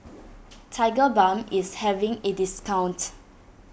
Tigerbalm is having a discount